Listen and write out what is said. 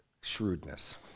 shrewdness